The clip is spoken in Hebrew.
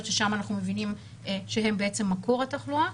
ששם אנחנו מבינים שהם בעצם מקור התחלואה.